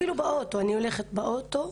אפילו כשאני איתן באוטו,